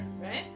Right